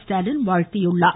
ஸ்டாலின் வாழ்த்தியுள்ளார்